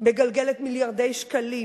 מגלגלת מיליארדי שקלים,